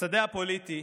בשדה הפוליטי